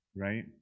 right